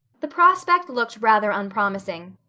the prospect looked rather unpromising.